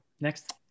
Next